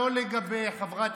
זה לא יפה.